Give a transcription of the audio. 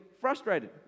frustrated